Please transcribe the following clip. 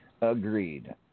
Agreed